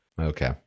Okay